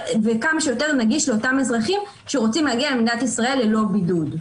שיותר נגיש לאותם אזרחים שרוצים להגיע למדינת ישראל ללא בידוד.